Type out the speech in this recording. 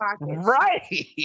Right